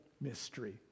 mystery